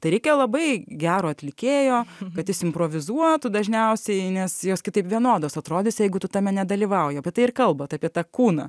tai reikia labai gero atlikėjo kad jis improvizuotų dažniausiai nes jos kitaip vienodos atrodys jeigu tu tame nedalyvauji apie tai ir kalbat apie tą kūną